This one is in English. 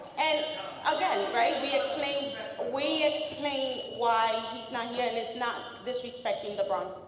and again, right? we explained we explained why he's not here, and it's not disrespecting the bronx.